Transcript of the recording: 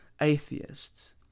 atheists